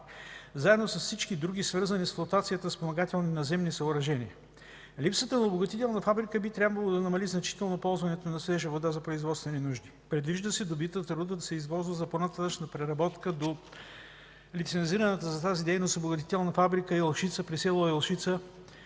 заедно с всички други, свързани с флотацията спомагателни наземни съоръжения. Липсата на обогатителна фабрика би трябвало да намали значително ползването на свежа вода за производствените нужди. Предвижда се добитата руда да се извозва за по-нататъшна преработка до лицензираната за тази дейност Обогатителна фабрика „Елшица” при село Елшица,